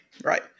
right